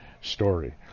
Story